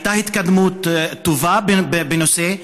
הייתה התקדמות טובה בנושא,